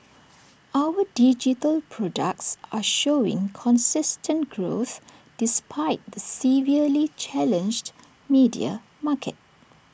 our digital products are showing consistent growth despite the severely challenged media market